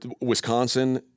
Wisconsin